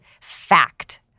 fact